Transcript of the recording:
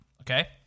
Okay